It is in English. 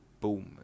boom